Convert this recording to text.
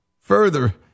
Further